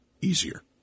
easier